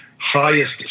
highest